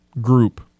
group